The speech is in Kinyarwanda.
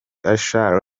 usher